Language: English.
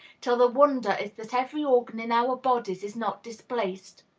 till the wonder is that every organ in our bodies is not displaced.